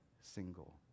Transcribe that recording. single